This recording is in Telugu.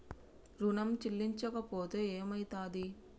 ఋణం చెల్లించకపోతే ఏమయితది?